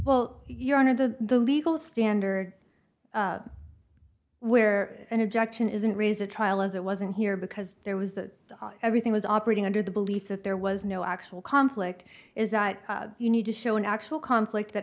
to the legal standard where an objection isn't raised a trial as it wasn't here because there was that everything was operating under the belief that there was no actual conflict is that you need to show an actual conflict that